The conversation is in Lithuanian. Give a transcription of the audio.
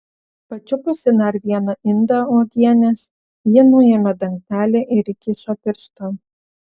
pačiupusi dar vieną indą uogienės ji nuėmė dangtelį ir įkišo pirštą